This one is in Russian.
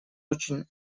очень